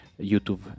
youtube